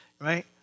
right